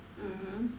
mmhmm